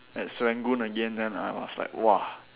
at Serangoon again then I was like !wah!